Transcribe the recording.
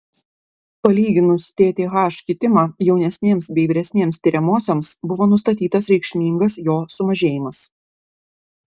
palyginus tth kitimą jaunesnėms bei vyresnėms tiriamosioms nustatytas reikšmingas jo sumažėjimas